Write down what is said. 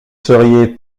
seriez